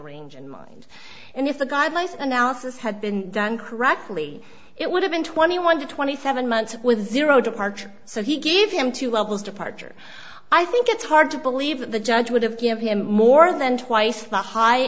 range in mind and if the guidelines analysis had been done correctly it would have been twenty one to twenty seven months with zero departure so he gave him two levels departure i think it's hard to believe that the judge would have give him more than twice the heigh